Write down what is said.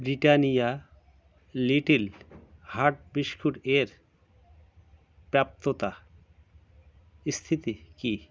Britannia little heart বিস্কুটের প্র্যাাপ্ততা স্থিতি কি